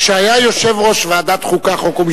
יש כאלה